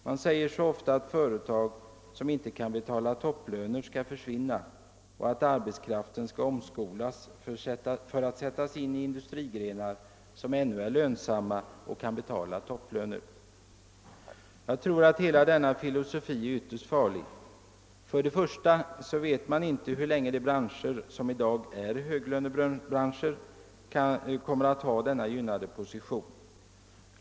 Man säger så ofta att företag som inte kan betala topplöner skall försvinna och att arbetskraften skall omskolas för att sättas in i industrigrenar som ännu är lönsamma och kan betala topplöner. Jag tror att hela denna filosofi är ytterst farlig. För det första vet man inte hur länge de branscher som i dag är höglönebranscher kommer att ha denna gynnade position.